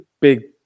big